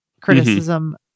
criticism